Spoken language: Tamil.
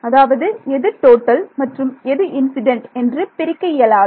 அதாவது எது டோட்டல் மற்றும் எது இன்சிடென்ட் என்று பிரிக்க இயலாது